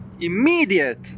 immediate